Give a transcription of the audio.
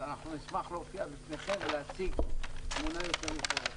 אז אנחנו נשמח להופיע בפניכם ולהציג תמונה יותר רחבה.